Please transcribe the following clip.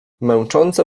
męczące